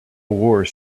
wars